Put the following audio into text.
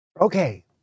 Okay